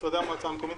במשרדי המועצה המקומית.